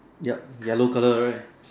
ya yellow colour right